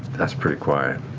that's pretty quiet.